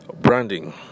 branding